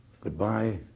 goodbye